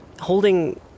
holding